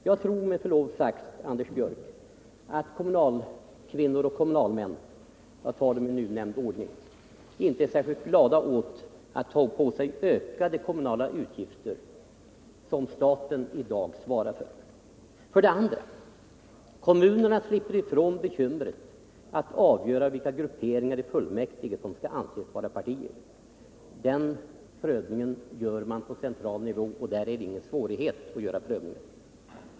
Jag tror med förlov sagt, Anders Björck, att kommunalkvinnor och kommunalmän-— jag nämner dem i den ordningen —inte är särskilt glada åt att ta på sig ökade kommunala utgifter som staten i dag svarar för. 2. Kommunerna slipper ifrån bekymret att avgöra vilka grupperingar i fullmäktige som skall anses vara partier. Den prövningen gör man på central nivå, och där är det ingen svårighet att göra prövningen.